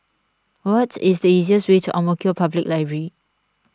what is the easiest way to Ang Mo Kio Public Library